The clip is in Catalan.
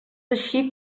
així